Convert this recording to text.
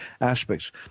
aspects